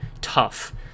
tough